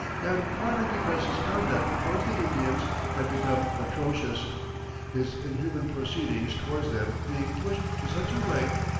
and partly because his conduct towards the indians had become atrocious his inhuman proceedings towards them being pushed to such a length,